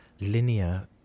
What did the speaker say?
linear